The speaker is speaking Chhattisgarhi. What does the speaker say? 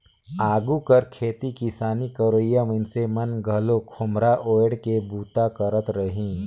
आघु कर खेती किसानी करोइया मइनसे मन घलो खोम्हरा ओएढ़ के बूता करत रहिन